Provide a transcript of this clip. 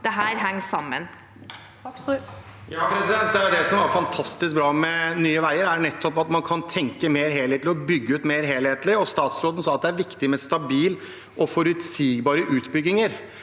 Det er nettopp det som er fantastisk bra med Nye veier, at man kan tenke mer helhetlig og bygge ut mer helhetlig. Statsråden sa at det er viktig med stabile og forutsigbare utbygginger.